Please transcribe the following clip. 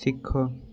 ଶିଖ